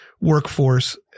workforce